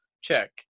check